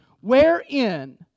wherein